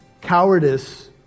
cowardice